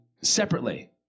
separately